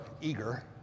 eager